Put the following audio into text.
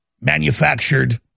manufactured